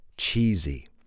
cheesy